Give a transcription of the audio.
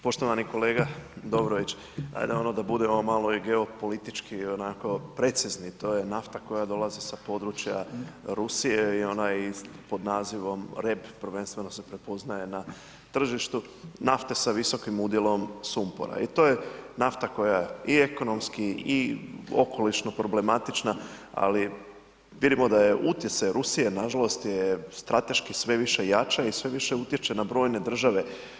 Poštovani kolega, dobro već na ono da budemo malo i geopolitički onako precizni, to je nafta koja dolazi sa područja Rusije i ona je i pod nazivom, ... prvenstveno se prepoznaje na tržištu nafte sa visokim udjelom sumpora i to je nafta koja je i ekonomski i okolišno problematična, ali vidimo da je utjecaj Rusije nažalost je strateški sve više jača i sve više utječe na brojne države.